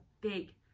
big